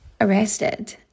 arrested